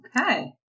Okay